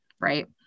right